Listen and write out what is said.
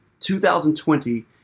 2020